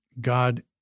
God